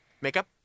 Makeup